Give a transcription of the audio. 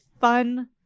fun